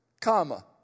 comma